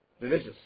religious